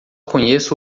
conheço